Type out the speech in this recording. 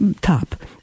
top